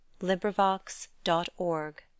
LibriVox.org